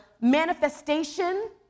manifestation